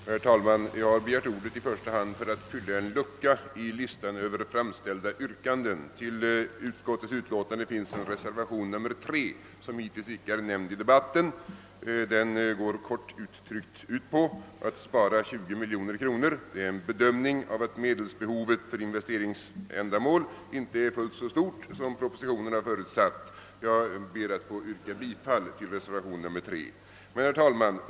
Herr talman! Jag har begärt ordet i första hand för att fylla en lucka i listan över framställda yrkanden. Till utskottets utlåtande finns en reservation nr 3, som hittills icke är omnämnd i debatten. Den går kort uttryckt ut på att spara 20 miljoner kronor, i det att medelsbehovet för investeringsändamål bedöms vara inte fullt så stort som propositionen har förutsatt. Jag ber att få yrka bifall till denna reservation. Herr talman!